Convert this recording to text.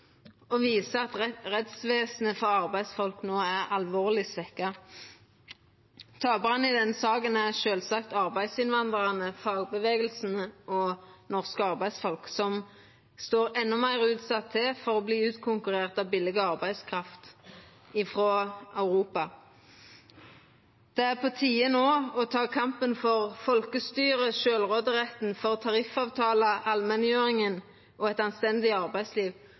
og det viser at rettsvesenet for arbeidsfolk no er alvorleg svekt. Taparane i denne saka er sjølvsagt arbeidsinnvandrarane, fagbevegelsen og norske arbeidsfolk som står endå meir utsette til for å verta utkonkurrerte av billig arbeidskraft frå Europa. Det er no på tide å ta opp kampen for folkestyret, sjølvråderetten, tariffavtaleallmenngjeringa og eit anstendig arbeidsliv.